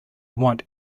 want